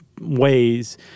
ways